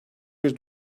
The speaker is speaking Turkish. bir